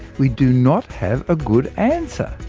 we do not have a good answer.